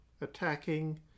attacking